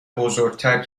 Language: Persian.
بزرگتر